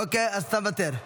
אוקיי, אז אתה מוותר.